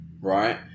right